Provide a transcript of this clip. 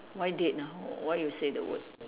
why dead ah why you say the word